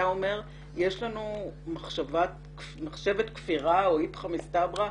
אתה אומר שיש לנו מחשבת כפירה או היפכא מסתברא,